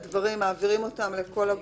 לתועלת האויב היא עבירה חמורה והיא כבר כלולה.